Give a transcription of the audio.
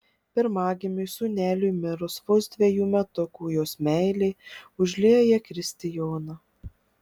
pirmagimiui sūneliui mirus vos dvejų metukų jos meilė užlieja kristijoną